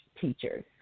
teachers